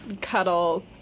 cuddle